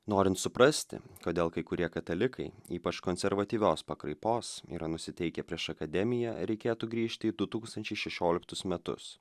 norint suprasti kodėl kai kurie katalikai ypač konservatyvios pakraipos yra nusiteikę prieš akademiją reikėtų grįžti į du tūkstančiai šešioliktus metus